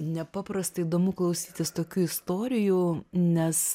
nepaprastai įdomu klausytis tokių istorijų nes